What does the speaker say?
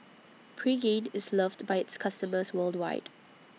Pregain IS loved By its customers worldwide